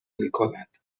میکند